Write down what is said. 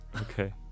Okay